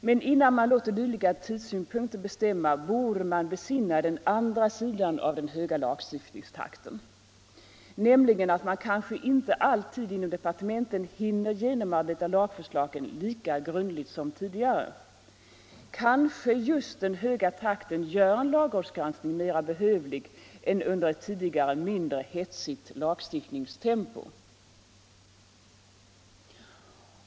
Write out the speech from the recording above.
Men innan man låter dylika tidssynpunkter bestämma borde man besinna den andra sidan av den höga lagstiftningstakten, nämligen att departementen kanske inte alltid hinner genomarbeta lagförslagen lika grundligt som tidigare. Kanske just den höga takten gör en lagrådsgranskning mer behövlig än under ett tidigare mindre hetsigt lagstiftningstempo.